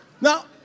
Now